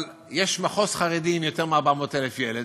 אבל יש מחוז חרדי עם יותר מ-400,000 ילד,